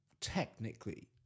technically